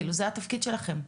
זה התפקיד שלכם.